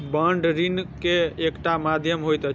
bond ऋण के एकटा माध्यम होइत अछि